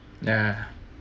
yeah